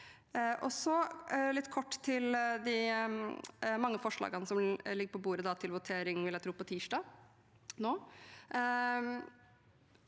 litt kort til de mange forslagene som ligger på bordet til votering – jeg vil tro på tirsdag.